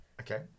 Okay